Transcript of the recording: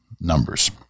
numbers